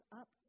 up